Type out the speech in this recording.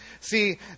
See